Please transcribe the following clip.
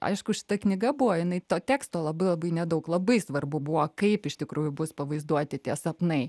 aišku šita knyga buvo jinai to teksto labai labai nedaug labai svarbu buvo kaip iš tikrųjų bus pavaizduoti tie sapnai